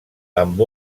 amb